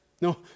No